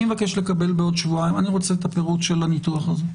אני רוצה בכתב את הפירוט של הניתוח הזה,